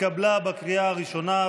התקבלה בקריאה הראשונה,